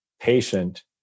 patient